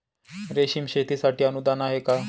रेशीम शेतीसाठी अनुदान आहे का?